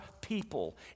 people